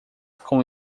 com